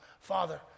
Father